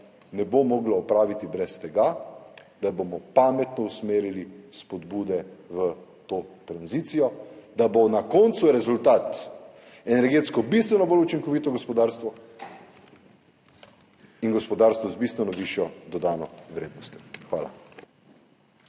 ne bo moglo opraviti brez tega, da bomo pametno usmerili spodbude v to tranzicijo, da bo na koncu rezultat energetsko bistveno bolj učinkovito gospodarstvo in gospodarstvo z bistveno višjo dodano vrednostjo. Hvala.